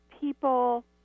people